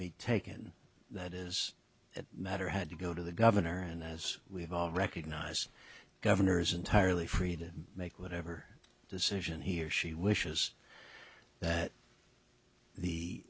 be taken that is that matter had to go to the governor and as we've all recognized governors entirely free to make whatever decision he or she wishes that the